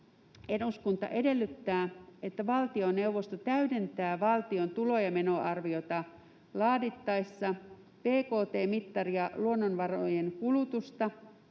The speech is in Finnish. ”Eduskunta edellyttää, että valtioneuvosto täydentää valtion tulo‑ ja menoarviota laadittaessa bkt-mittaria luonnonvarojen kulutusta